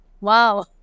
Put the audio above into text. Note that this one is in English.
Wow